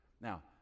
Now